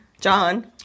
John